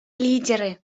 лидеры